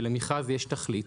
ולמכרז יש תכלית.